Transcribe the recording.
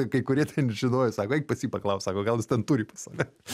kai kurie ten žinojo sako eik pas jį paklausk sako gal jis ten turi pas save